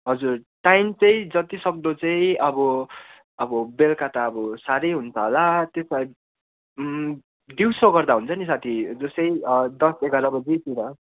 हजुर टाइम चाहिँ जति सक्दो चाहिँ अब अब बेलुका त अब साह्रै हुन्छ होला त्यसो भए दिउँसो गर्दा हुन्छ नि साथी जस्तै दस एघार बजीतिर